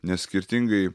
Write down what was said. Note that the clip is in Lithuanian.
nes skirtingai